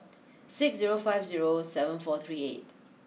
six zero five zero seven four three eight